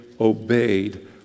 obeyed